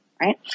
right